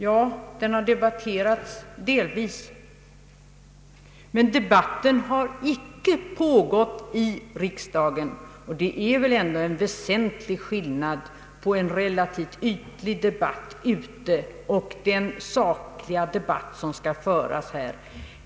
Ja, den har delvis diskuterats, men debatten har icke pågått i riksdagen. Det är väl ändå en väsentlig skillnad på en relativt ytlig diskussion ute och den sakliga debatt som skall föras här.